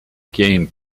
game